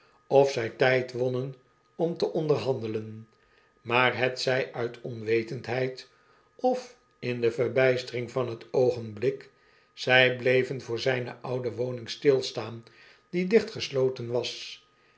of zy tyd wonnen om te onderhandelen maar hetzy uit onwetendheid of in de verbijstering van het oogenblik zij bleven voor zijne oude woning stilstaan die dicht gesloten was